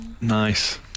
Nice